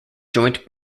joint